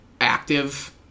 active